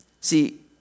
See